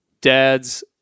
dads